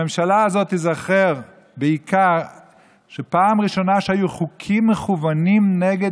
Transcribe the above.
הממשלה הזאת תיזכר בעיקר כי פעם ראשונה שהיו חוקים מכוונים נגד